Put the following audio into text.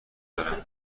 دارم